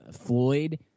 Floyd